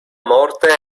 morte